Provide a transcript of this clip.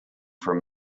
from